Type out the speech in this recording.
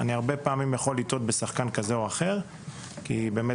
אני יכול לטעות בשחקן כזה או אחר כי יכול